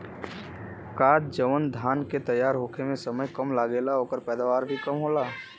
का जवन धान के तैयार होखे में समय कम लागेला ओकर पैदवार भी कम होला?